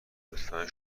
لطفا